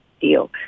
deal